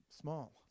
small